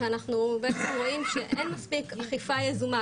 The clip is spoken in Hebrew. ואנחנו בעצם רואים שאין מספיק אכיפה יזומה,